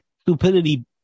stupidity